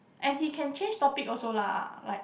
and he can change topic also lah like